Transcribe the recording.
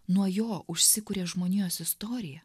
nuo jo užsikuria žmonijos istoriją